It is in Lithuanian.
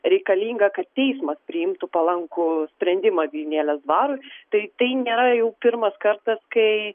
reikalinga kad teismas priimtų palankų sprendimą vijūnėlės dvarui tai tai nėra jau pirmas kartas kai